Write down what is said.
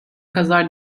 kadar